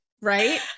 right